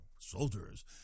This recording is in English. soldiers